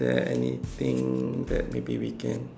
is there anything that maybe we can